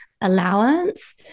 allowance